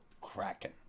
Kraken